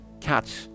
catch